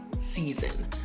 season